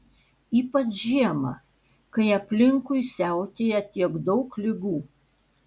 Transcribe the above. ypač žiemą kai aplinkui siautėja tiek daug ligų